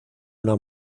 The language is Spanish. una